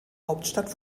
hauptstadt